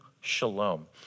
shalom